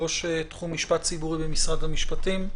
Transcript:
ראש תחום משפט ציבורי במשרד המשפטים.